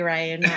Ryan